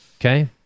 Okay